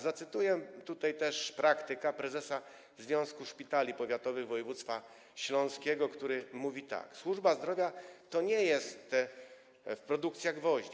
Zacytuję tutaj też praktyka, prezesa Związku Szpitali Powiatowych Województwa Śląskiego, który mówi tak: Służba zdrowia to nie jest produkcja gwoździ.